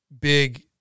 big